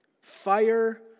Fire